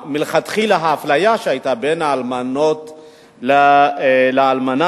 מלכתחילה האפליה שהיתה בין האלמנות לאלמנים,